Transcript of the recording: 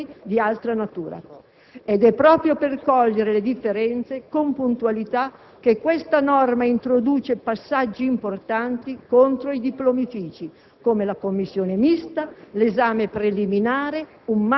gli uni dipendono dallo Stato, gli altri da amministrazioni di altra natura. Ed è proprio per cogliere le differenze, con puntualità, che questa norma introduce passaggi importanti contro i «diplomifici»,